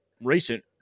recent